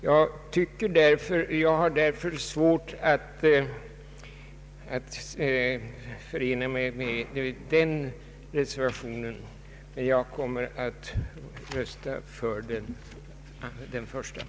Jag har på grund av det anförda svårt att förena mig med undertecknarna av den sistnämnda reservationen. Jag kommer emellertid att rösta för den första reservationen.